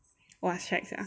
!wah! shag sia